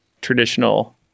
traditional